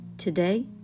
today